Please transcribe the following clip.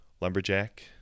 lumberjack